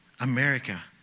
America